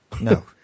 No